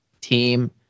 team